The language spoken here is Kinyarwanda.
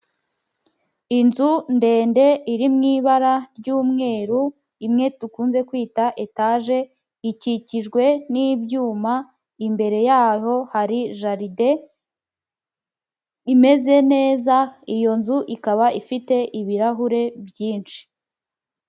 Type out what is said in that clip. Inzu ndende iri mu ibara ry'umweru imwe dukunze kwita etage ikikijwe n'ibyuma imbere yaho hari jaride imeze neza, iyo nzu ikaba ifite ibirahure byinshi.